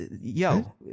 Yo